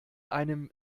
einem